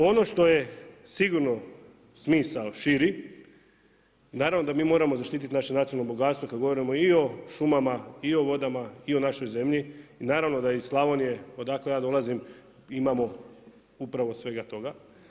Ono što je sigurno, smisao širi, naravno da mi moramo zaštiti naše nacionalno bogatstvo, kad govorimo i o šumama, i o vodama i o našoj zemlji i naravno, da iz Slavonije, odakle ja dolazim, imamo upravo svega toga.